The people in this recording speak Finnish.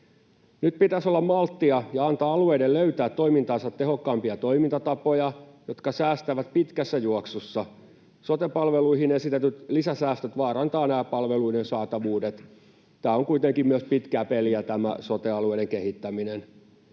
Nyt pitäisi olla malttia ja antaa alueiden löytää toimintaansa tehokkaampia toimintatapoja, jotka säästävät pitkässä juoksussa. Sote-palveluihin esitetyt lisäsäästöt vaarantavat nämä palveluiden saatavuudet. Tämä on kuitenkin myös pitkää peliä, tämä sote-alueiden kehittäminen.